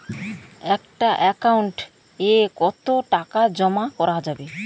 একটা একাউন্ট এ কতো টাকা জমা করা যাবে?